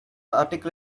article